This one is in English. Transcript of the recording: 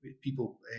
people